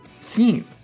scene